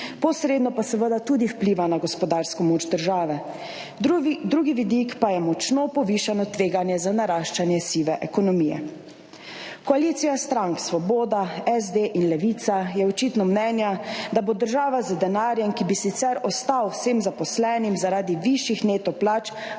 posredno pa seveda tudi vpliva na gospodarsko moč države. Drugi vidik pa je močno povišano tveganje za naraščanje sive ekonomije. Koalicija strank Svoboda, SD in Levica je očitno mnenja, da bo država z denarjem, ki bi sicer ostal vsem zaposlenim zaradi višjih neto plač,